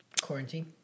Quarantine